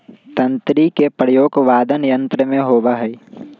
तंत्री के प्रयोग वादन यंत्र में होबा हई